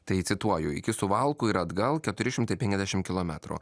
tai cituoju iki suvalkų ir atgal keturi šimtai penkiasdešim kilometrų